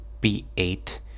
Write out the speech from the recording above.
b8